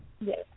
Yes